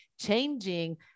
changing